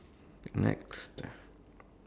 next